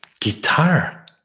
Guitar